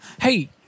Hey